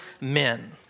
men